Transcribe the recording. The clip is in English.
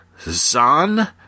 Zan